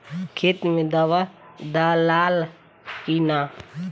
खेत मे दावा दालाल कि न?